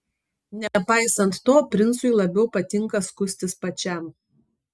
nepaisant to princui labiau patinka skustis pačiam